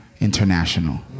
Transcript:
international